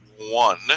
one